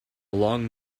long